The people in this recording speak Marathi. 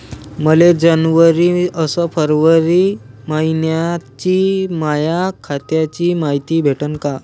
मले जनवरी अस फरवरी मइन्याची माया खात्याची मायती भेटन का?